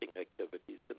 activities